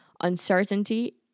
Uncertainty